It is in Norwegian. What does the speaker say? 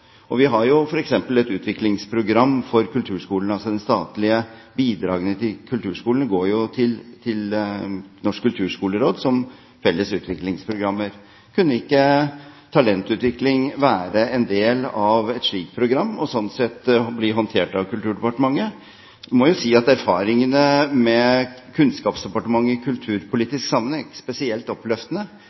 Vi har f.eks. et utviklingsprogram for kulturskolen. De statlige bidragene til kulturskolen går til Norsk Kulturskoleråd som felles utviklingsprogrammer. Kunne ikke talentutvikling være en del av et slikt program og sånn sett bli håndtert av Kulturdepartementet? Jeg må jo si at erfaringene med Kunnskapsdepartementet i kulturpolitisk sammenheng ikke er spesielt oppløftende.